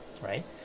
right